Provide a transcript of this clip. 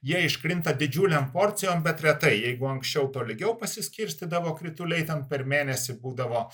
jie iškrinta didžiulėm porcijom bet retai jeigu anksčiau tolygiau pasiskirstydavo krituliai ten per mėnesį būdavo